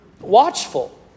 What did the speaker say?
Watchful